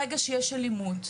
ברגע שיש אלימות,